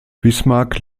bismarck